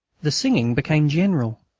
the singing became general.